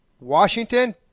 Washington